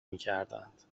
میکردند